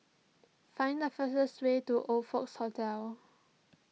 find the fastest way to Oxfords Hotel